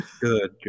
Good